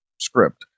script